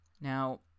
Now